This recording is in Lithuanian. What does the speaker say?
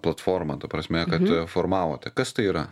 platformą ta prasme kad formavote kas tai yra